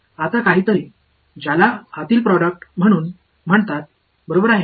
आता काहीतरी ज्याला आतील प्रोडक्ट म्हणून म्हणतात बरोबर आहे